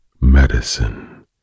medicine